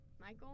Michael